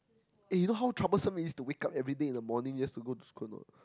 eh you know how troublesome it is to wake up everyday in the morning just to go to school or not